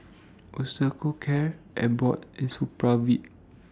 Osteocare Abbott and Supravit